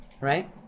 right